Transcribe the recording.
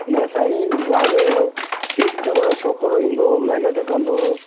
न साईं ॿावंजाहु ठीकु अथव छोकिरो ईंदो महिनत कंदो